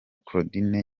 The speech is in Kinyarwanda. claudine